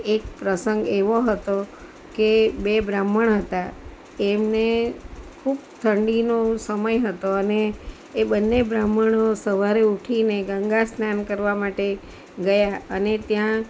એક પ્રસંગ એવો હતો કે બે બ્રાહ્મણ હતાં તેમને ખૂબ ઠંડીનો સમય હતો અને એ બંને બ્રાહ્મણો સવારે ઊઠીને ગંગા સ્નાન કરવા માટે ગયાં અને ત્યાં